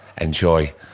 Enjoy